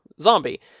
zombie